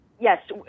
yes